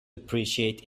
appreciate